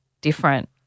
different